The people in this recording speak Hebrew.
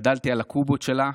גדלתי על הקובות שלה,